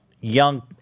young